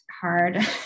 hard